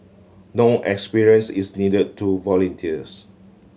experience is need to volunteers